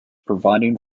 providing